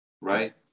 Right